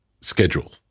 schedule